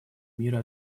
мира